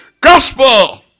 gospel